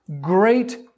great